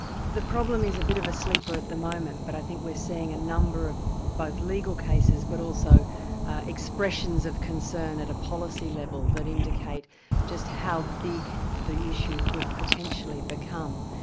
the problem is a bit of a sleeper at the moment, but i think we're seeing a number of both legal cases but also expressions of concern at a policy level, that indicate just how big the issue could potentially become.